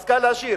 אז כאן להשאיר.